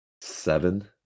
seven